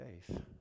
faith